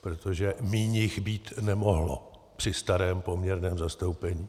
Protože míň jich být nemohlo při starém poměrném zastoupení.